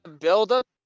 build-up